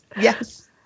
Yes